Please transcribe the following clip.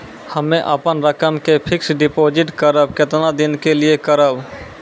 हम्मे अपन रकम के फिक्स्ड डिपोजिट करबऽ केतना दिन के लिए करबऽ?